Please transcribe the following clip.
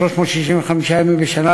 365 ימים בשנה,